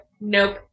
nope